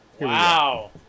Wow